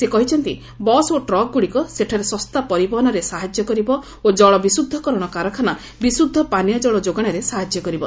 ସେ କହିଛନ୍ତି ବସ୍ ଓ ଟ୍ରକ୍ଗୁଡ଼ିକ ସେଠାରେ ଶସ୍ତା ପରିବହନରେ ସାହାଯ୍ୟ କରିବ ଓ ଜଳ ବିଷ୍ରଦ୍ଧ କରଣ କାରଖାନା ବିଷ୍ରଦ୍ଧ ପାନୀୟଜଳ ଯୋଗାଣରେ ସାହାଯ୍ୟ କରିବ